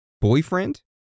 boyfriend